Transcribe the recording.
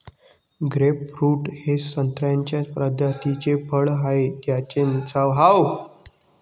grapefruit हे संत्र्याच्या प्रजातीचे फळ आहे, ज्याची चव आंबट आणि गोड असते